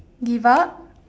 give up